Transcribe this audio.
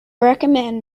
recommend